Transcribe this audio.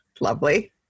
Lovely